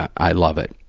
i love it.